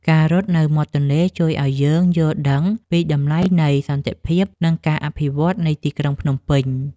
ការរត់នៅមាត់ទន្លេជួយឱ្យយើងយល់ដឹងពីតម្លៃនៃសន្តិភាព និងការអភិវឌ្ឍនៃទីក្រុងភ្នំពេញ។